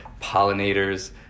pollinators